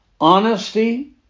honesty